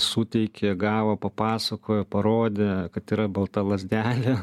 suteikė gavo papasakojo parodė kad yra balta lazdelė